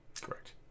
Correct